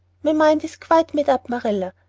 my mind is quite made up, marilla.